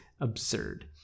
absurd